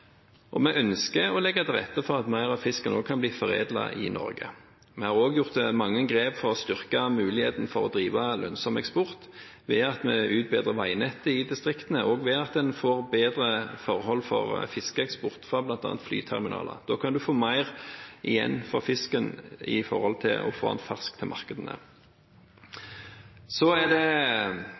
og vi ønsker å legge til rette for at mer av fisken kan bli foredlet i Norge. Vi har også tatt mange grep for å styrke muligheten for å drive lønnsom eksport ved at vi utbedrer veinettet i distriktene, og ved at en får bedre forhold for fiskeeksport fra bl.a. flyterminaler. Da kan en få mer igjen for fisken ved at en får den fersk til markedene. Nasjonal transportplan er